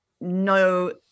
no